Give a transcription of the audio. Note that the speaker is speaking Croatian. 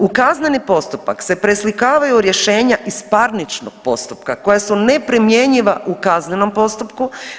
U kazneni postupak se preslikavaju rješenja iz parničnog postupka koja su neprimjenjiva u kaznenom postupku.